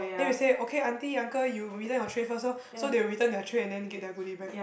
then we say okay auntie uncle you return your tray first lor so they will return their tray and then get their goodie bag